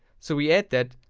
so we add that,